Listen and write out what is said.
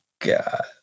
god